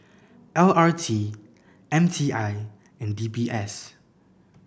L R T M T I and D B S